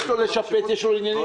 יש לו לשפץ, יש לו עניינים.